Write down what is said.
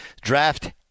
draft